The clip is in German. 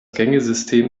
gängesystem